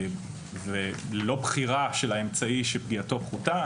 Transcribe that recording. ללא בחירה של האמצעי שפגיעתו פחותה,